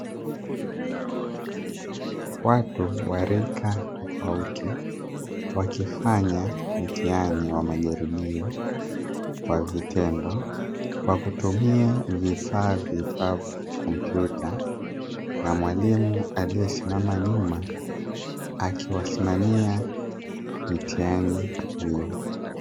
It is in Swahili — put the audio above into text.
Watu wa rika tofauti, wakifanya mtihani wa majaribio kwa vitendo, kwa kutumia vifaa viitwavyo kompyuta, na mwalimu aliyesimama nyuma, akiwasimamia mitihani hiyo.